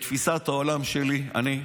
בתפיסת העולם שלי אני,